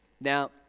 now